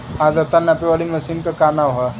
आद्रता नापे वाली मशीन क का नाव बा?